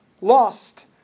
lost